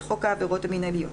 לחוק העבירות המינהליות.